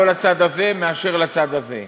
לצד הזה יותר מאשר לצד הזה.